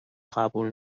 قبول